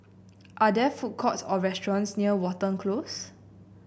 are there food courts or restaurants near Watten Close